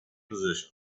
position